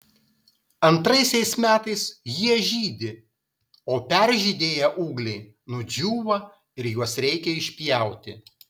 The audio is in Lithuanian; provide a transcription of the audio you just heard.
antraisiais metais jie žydi o peržydėję ūgliai nudžiūva ir juos reikia išpjauti